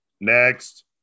next